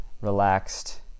relaxed